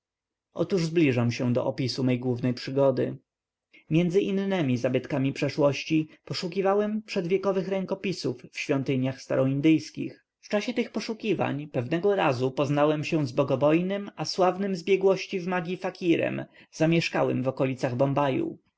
otóż zbliżam się do opisu mej głównej przygody między innemi zabytkami przeszłości poszukiwałem przedwiekowych rękopisów w świątyniach staroindyjskich w czasie tych poszukiwań pewnego razu poznałem się z bogobojnym a sławnym z biegłości w magii fakirem zamieszkałym w okolicach bombaju